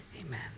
Amen